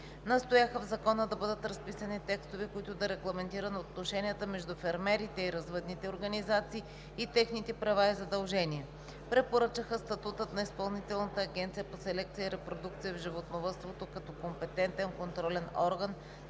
Настояха в Закона да бъдат разписани текстове, които да регламентират отношенията между фермерите и развъдните организации, и техните права и задължения. Препоръчаха статутът на Изпълнителната агенция по селекция и репродукция в животновъдството като компетентен контролен орган